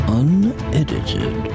unedited